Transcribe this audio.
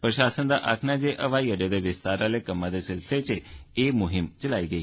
प्रशासन दा आक्खना ऐ जे व्हा अड्डे दे विस्तार आहले कम्मै दे सिलसिले च एह म्हिम चला गे